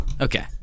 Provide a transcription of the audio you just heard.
Okay